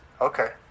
okay